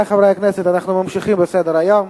חברי חברי הכנסת, אנחנו ממשיכים בסדר-היום.